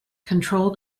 control